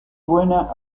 buena